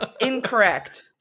Incorrect